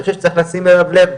אני חושב שצריך לשים אליו לב,